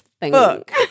book